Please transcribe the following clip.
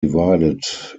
divided